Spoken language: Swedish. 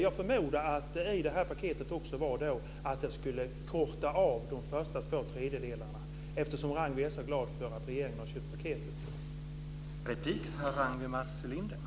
Jag förmodar att detta paket också innehåller att man ska korta av de första två tredjedelarna, eftersom Ragnwi Marcelind är så glad över att regeringen har köpt paketet.